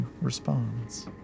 responds